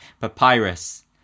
papyrus